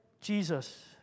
Jesus